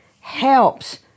helps